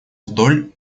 вдоль